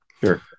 Sure